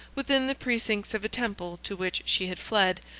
within the precincts of a temple to which she had fled,